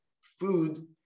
food